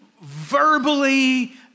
verbally